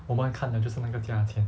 我们爱看的就是那个价钱